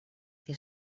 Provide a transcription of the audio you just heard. que